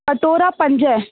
कटोरा पंज